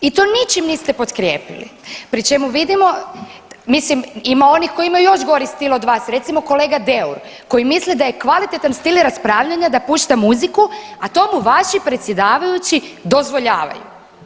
I to ničim niste potkrijepili pri čemu vidimo, mislim, ima onih koji imaju još gori stil od vas, recimo, kolega Deur, koji misli da je kvalitetan stil raspravljanja da pušta muziku, a to mu vaši predsjedavajući dozvoljavaju.